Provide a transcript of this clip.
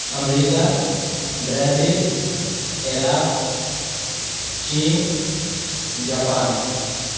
امریکہ Brazil Iraq چین Japan